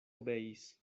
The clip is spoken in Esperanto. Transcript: obeis